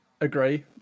agree